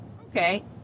Okay